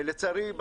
לצערי,